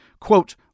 quote